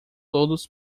todos